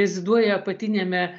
reziduoja apatiniame